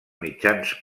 mitjans